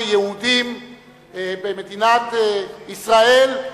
כיהודים במדינת ישראל,